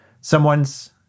Someone's